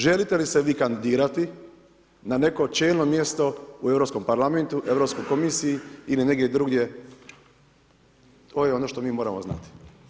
Želite li se vi kandidirati na neko čelno mjesto u Europskom parlamentu, Europskoj komisiji ili negdje drugdje, to je ono što mi moramo znati.